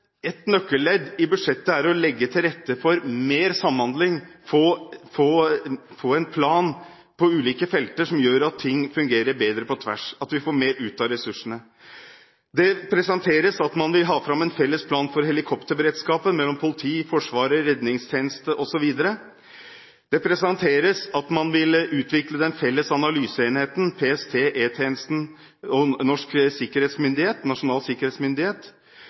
Et nøkkelledd i budsjettet er å legge til rette for mer samhandling, å få en plan på ulike felter, som gjør at ting fungerer bedre på tvers – at vi får mer ut av ressursene. Det presenteres at man vil ha fram en felles plan for helikopterberedskapen mellom politiet, Forsvaret, redningstjenesten osv. Det presenteres at man vil utvikle en felles analyseenhet, PST, E-tjenesten og Nasjonal sikkerhetsmyndighet.